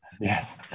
Yes